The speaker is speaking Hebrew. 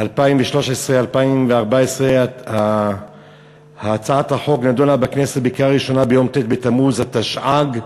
2013 2014. הצעת החוק נדונה בכנסת ביום ט' בתמוז התשע"ג,